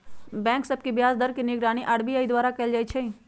bank सभ के ब्याज दर के निगरानी आर.बी.आई द्वारा कएल जाइ छइ